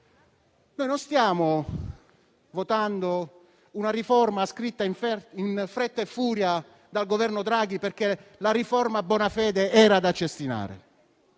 non stiamo votando una riforma scritta in fretta e furia dal Governo Draghi, perché la riforma Bonafede era da cestinare.